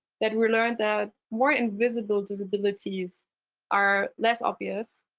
that we learned that more invisible disabilities are less obvious,